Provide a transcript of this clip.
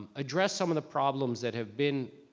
address some of the problems that have been,